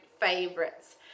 favorites